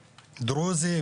דרוזי,